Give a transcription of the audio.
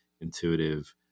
intuitive